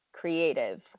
creative